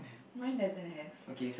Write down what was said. mine doesn't have